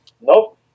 Nope